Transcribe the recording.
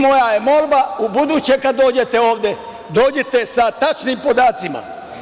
Moja je molba ubuduće kad dođete ovde, dođite sa tačnim podacima.